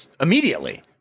immediately